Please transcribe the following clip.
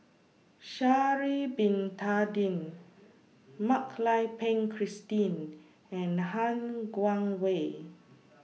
Sha'Ari Bin Tadin Mak Lai Peng Christine and Han Guangwei